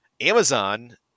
Amazon